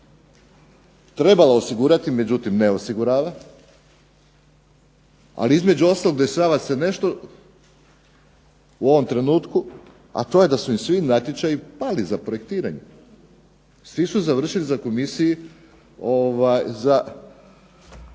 trebalo osigurati, međutim ne osigurava, ali između ostalog dešava se nešto u ovom trenutku a to je da su im svi natječaji pali za projektiranje, svi su završili za komisiji, za